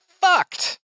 fucked